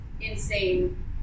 insane